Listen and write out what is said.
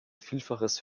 vielfaches